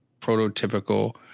prototypical